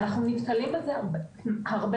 אנחנו נתקלים בזה הרבה מאוד,